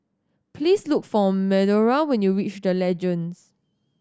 please look for Medora when you reach The Legends